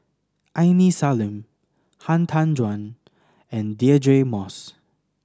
Aini Salim Han Tan Juan and Deirdre Moss